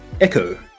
echo